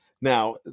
Now